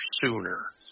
sooner